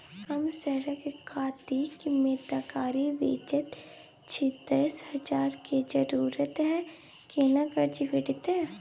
हम सरक कातिक में तरकारी बेचै छी, दस हजार के जरूरत हय केना कर्जा भेटतै?